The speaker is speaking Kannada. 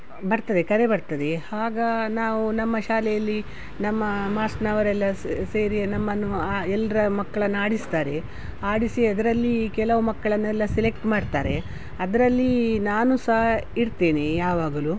ಬರ್ತದೆ ಕರೆ ಬರ್ತದೆ ಆಗ ನಾವು ನಮ್ಮ ಶಾಲೆಯಲ್ಲಿ ನಮ್ಮ ಮಾಸ್ಟ್ನವರೆಲ್ಲ ಸ್ ಸೇರಿ ನಮ್ಮನ್ನು ಆ ಎಲ್ಲರ ಮಕ್ಕಳನ್ನು ಆಡಿಸ್ತಾರೆ ಆಡಿಸಿ ಅದರಲ್ಲಿ ಕೆಲವು ಮಕ್ಕಳನ್ನೆಲ್ಲ ಸೆಲೆಕ್ಟ್ ಮಾಡ್ತಾರೆ ಅದ್ರಲ್ಲಿ ನಾನು ಸಹ ಇರ್ತೇನೆ ಯಾವಾಗಲೂ